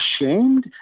ashamed